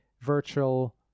virtual